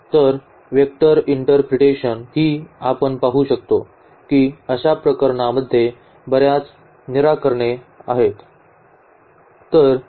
तर वेक्टर इंटरप्रिटेशनवरून ही आपण पाहू शकतो की अशा प्रकरणांमध्ये बर्याच निराकरणे आहेत